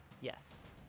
Yes